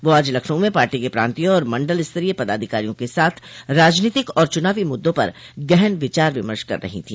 वह आज लखनऊ में पार्टी के प्रांतीय और मण्डल स्तरीय पदाधिकारियों के साथ राजनीतिक और चुनावी मद्दों पर गहन विचार विमर्श कर रही थी